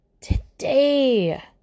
Today